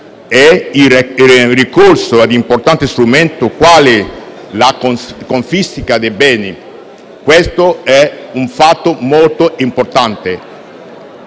e il ricorso a importanti strumenti quali la confisca dei beni. Questo è un fatto molto importante.